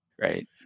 right